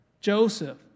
Joseph